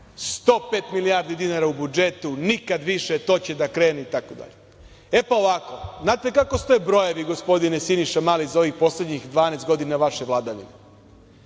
105 milijardi dinara u budžetu, nikad više, to će da krene itd. Ovako, znate kako stoje brojevi, gospodine Siniša Mali, za ovih poslednjih 12 godina vaše vladavine.